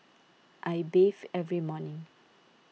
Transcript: I bathe every morning